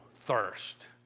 thirst